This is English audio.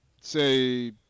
say